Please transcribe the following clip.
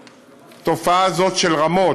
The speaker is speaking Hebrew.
התופעה הזאת של רמות,